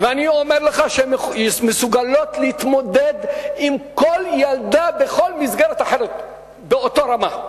ואני אומר לך שהן מסוגלות להתמודד עם כל ילדה בכל מסגרת אחרת באותה רמה,